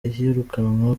iyirukanwa